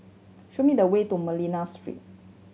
show me the way to Manila Street